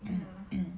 !wah!